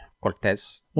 Cortez